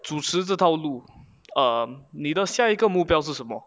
主持这套路 um 你的下一个目标是什么